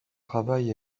travail